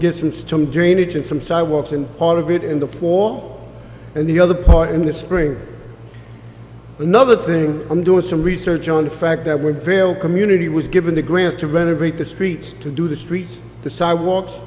get some strong drainage and some sidewalks and part of it in the floor and the other part in the spring another thing i'm doing some research on the fact that would fail community was given the grant to renovate the streets to do the street the sidewalks